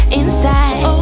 inside